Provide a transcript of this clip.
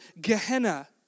Gehenna